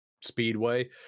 speedway